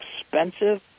expensive